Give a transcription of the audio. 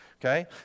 Okay